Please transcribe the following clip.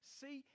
see